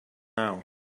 now